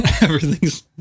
everything's